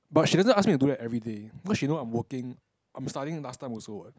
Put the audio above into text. but she doesn't ask me to do that everyday because she knows I'm working I'm studying last time also what